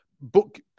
book